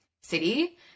City